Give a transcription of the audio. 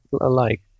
alike